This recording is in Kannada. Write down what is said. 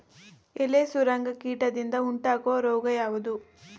ಎಲೆ ಸುರಂಗ ಕೀಟದಿಂದ ಉಂಟಾಗುವ ರೋಗ ಯಾವುದು?